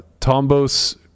Tombos